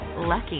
Lucky